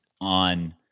on